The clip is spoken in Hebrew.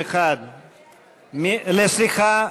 איציק שמולי,